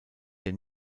der